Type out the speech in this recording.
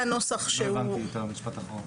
לא הבנתי את המשפט האחרון.